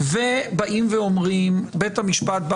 ובית המשפט,